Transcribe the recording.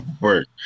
work